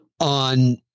on